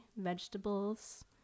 vegetables